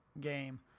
game